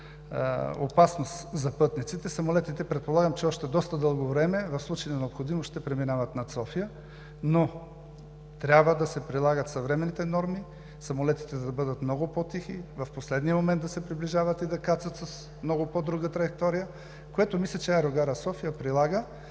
опасност за пътниците, самолетите предполагам, че още доста дълго време в случай на необходимост ще преминават над София, но трябва да се прилагат съвременните норми – самолетите да бъдат много по-тихи, в последния момент да се приближават и да кацат с много по-друга траектория, което мисля, че Аерогара София прилага.